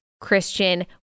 Christian